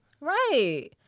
Right